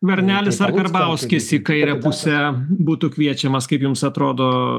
skvernelis ar karbauskis į kairę pusę būtų kviečiamas kaip jums atrodo